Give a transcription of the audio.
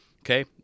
Okay